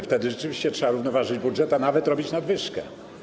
Wtedy rzeczywiście trzeba równoważyć budżet, a nawet robić nadwyżkę.